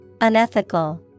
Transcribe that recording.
Unethical